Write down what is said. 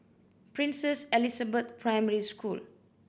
Princess Elizabeth Primary School